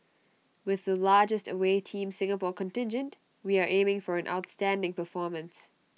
with the largest away Team Singapore contingent we are aiming for an outstanding performance